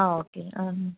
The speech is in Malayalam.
ആ ഓക്കെ ആ ഉം